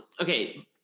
Okay